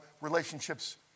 relationships